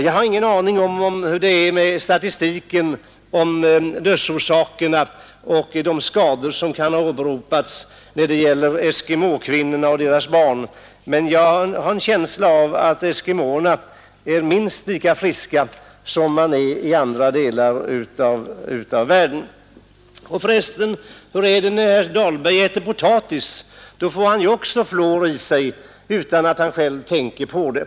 Jag har ingen aning om hur det är med statistiken över dödsorsaker och skador som kan åberopas bland eskimåerna, men jag har en känsla av att eskimåerna är minst lika friska som folk i andra delar av världen. Och för resten, hur är det när herr Dahlberg äter potatis? Då får han ju också i sig fluor utan att han själv tänker på det.